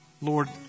Lord